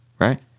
right